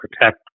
protect